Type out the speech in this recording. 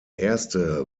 erste